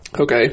Okay